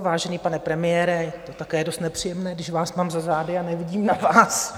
Vážený pane premiére, je to také dost nepříjemné, když vás mám za zády a nevidím na vás.